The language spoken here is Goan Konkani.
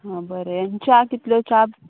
हा बरें आनी च्या कितल्यो च्या